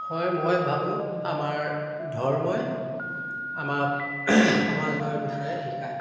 হয় মই ভাবোঁ আমাৰ ধৰ্মই আমাক সমাজৰ বিষয়ে শিকায়